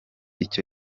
ico